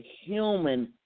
human